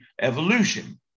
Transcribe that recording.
evolution